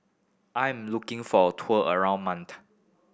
I'm looking for a tour around Malta